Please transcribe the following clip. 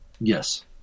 Yes